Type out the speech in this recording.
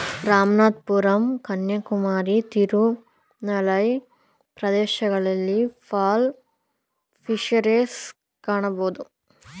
ರಾಮನಾಥಪುರಂ ಕನ್ಯಾಕುಮಾರಿ, ತಿರುನಲ್ವೇಲಿ ಪ್ರದೇಶಗಳಲ್ಲಿ pearl fisheries ಕಾಣಬೋದು